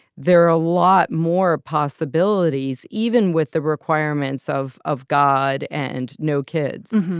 there are a lot more possibilities, even with the requirements of of god and no kids.